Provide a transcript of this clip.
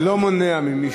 זה לא מונע ממי,